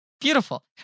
Beautiful